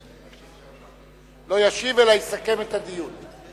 הממשלה, לא ישיב, אלא יסכם את הדיון.